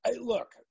look